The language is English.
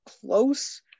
close